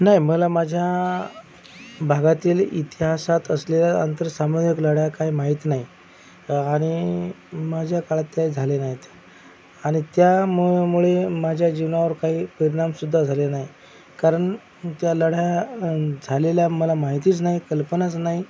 नाही मला माझ्या भागातील इतिहासात असलेल्या आंतरसामुदायिक लढाया काही माहीत नाही आणि माझ्या काळात त्या झाल्या नाहीत आणि त्यामुळं मुळे माझ्या जीवनावर काही परिणामसुद्धा झाले नाही कारण त्या लढाया झालेल्या मला माहितीच नाही कल्पनाच नाही